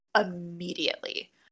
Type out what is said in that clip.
immediately